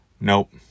nope